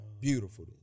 Beautiful